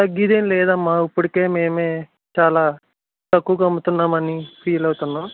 తగ్గేది ఏమి లేదమ్మా ఇప్పటికే మేమే చాలా తక్కువకి అమ్ముతున్నాము అని ఫీల్ అవుతున్నాము